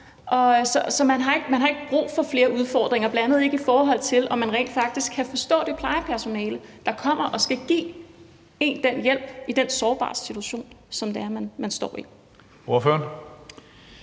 Så man har ikke brug for flere udfordringer, bl.a. ikke i forhold til om man rent faktisk kan forstå det plejepersonale, der kommer og skal give en den hjælp i den sårbare situation, som man står i.